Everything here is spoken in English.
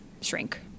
shrink